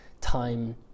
time